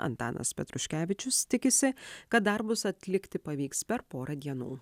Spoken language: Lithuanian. antanas petruškevičius tikisi kad darbus atlikti pavyks per porą dienų